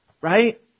Right